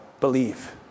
believe